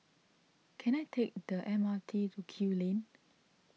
can I take the M R T to Kew Lane